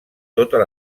totes